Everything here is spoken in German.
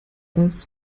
als